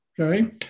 okay